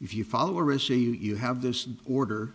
if you follow or receive you have this order